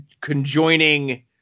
conjoining